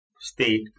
state